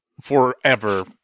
forever